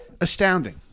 astounding